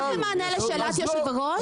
רק למענה לשאלה של יושב הראש,